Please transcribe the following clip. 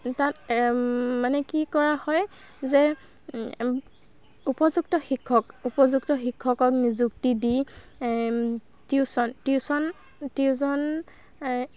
তাত মানে কি কৰা হয় যে উপযুক্ত শিক্ষক উপযুক্ত শিক্ষকক নিযুক্তি দি টিউচন টিউশ্যন টিউশ্যন